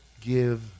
give